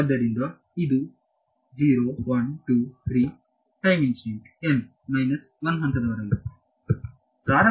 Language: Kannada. ಆದ್ದರಿಂದಇದು 0 1 2 3 ಟೈಮ್ ಇನ್ಸ್ಟೆಂಟ್ n ಮೈನಸ್ 1 ಹಂತದವರೆಗೆ